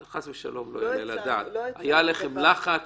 חס ושלום, לא יעלה על הדעת היה עליכם לחץ